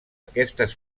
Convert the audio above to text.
aquestes